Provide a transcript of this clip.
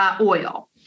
Oil